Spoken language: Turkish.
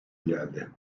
geldi